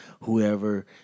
whoever